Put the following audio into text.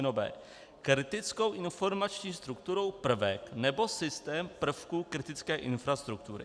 b) kritickou informační strukturou prvek nebo systém prvku kritické infrastruktury.